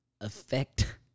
effect